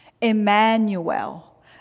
Emmanuel